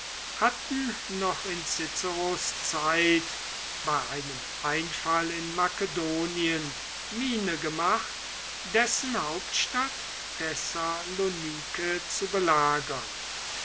hatten noch in ciceros zeit bei einem einfall in makedonien miene gemacht dessen hauptstadt thessalonike zu belagern